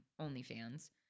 OnlyFans